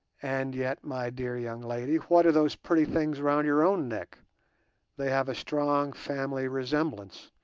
and yet, my dear young lady, what are those pretty things round your own neck they have a strong family resemblance,